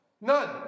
None